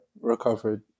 recovered